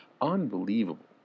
unbelievable